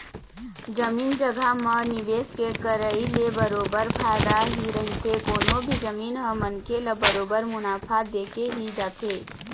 जमीन जघा म निवेश के करई ले बरोबर फायदा ही रहिथे कोनो भी जमीन ह मनखे ल बरोबर मुनाफा देके ही जाथे